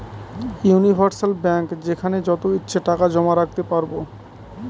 universal bank যেখানে যত ইচ্ছে টাকা জমা রাখতে পারবো